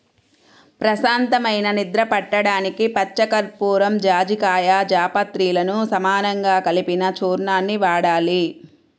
ప్రశాంతమైన నిద్ర పట్టడానికి పచ్చకర్పూరం, జాజికాయ, జాపత్రిలను సమానంగా కలిపిన చూర్ణాన్ని వాడాలి